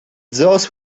those